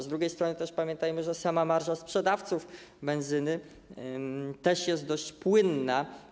Z drugiej strony pamiętajmy, że sama marża sprzedawców benzyny też jest dość płynna.